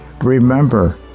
Remember